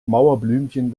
mauerblümchen